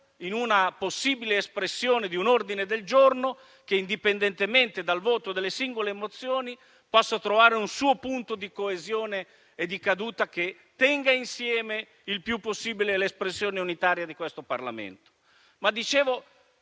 in una possibile espressione di un ordine del giorno che, indipendentemente dal voto delle singole mozioni, possa trovare un suo punto di coesione e di caduta che tenga insieme il più possibile l'espressione unitaria di questo Parlamento.